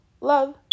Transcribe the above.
love